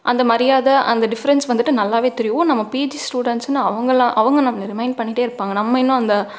அந்த மரியாதை அந்த டிஃப்ரண்ட்ஸ் வந்துட்டு நல்லாவே தெரியும் ஒ நம்ம பிஜி ஸ்டூடெண்ட்ஸ்னு அவங்களா அவங்க நமக்கு ரிமைன் பண்ணிகிட்டே இருப்பாங்க நம்ம இன்னும் அந்த